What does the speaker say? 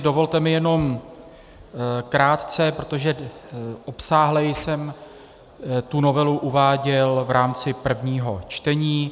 Dovolte mi jenom krátce, protože obsáhle jsem tu novelu uváděl v rámci prvního čtení.